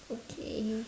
okay